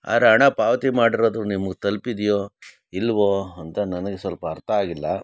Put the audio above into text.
ಆದ್ರೆ ಹಣ ಪಾವತಿ ಮಾಡಿರೋದು ನಿಮಗೆ ತಲುಪಿದ್ಯೋ ಇಲ್ಲವೋ ಅಂತ ನನಗೆ ಸ್ವಲ್ಪ ಅರ್ಥ ಆಗ್ಲಿಲ್ಲ